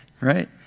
right